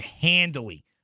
handily